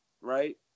right